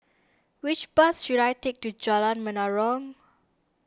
which bus should I take to Jalan Menarong